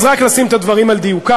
אז רק לשים את הדברים על דיוקם: